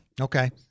Okay